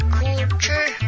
culture